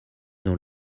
dans